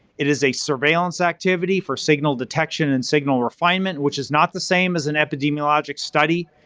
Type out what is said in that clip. it is a surveillance activity for signal detection and signal refinement, which is not the same as an epidemiological study,